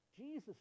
Jesus